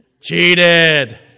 Cheated